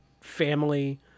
family